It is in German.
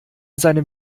seinem